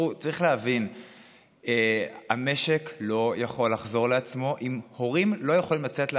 צריך להבין שהמשק לא יכול לחזור לעצמו אם הורים לא יכולים לצאת לעבודה.